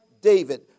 David